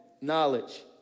knowledge